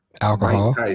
Alcohol